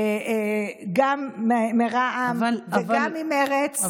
גם מרע"מ וגם ממרצ.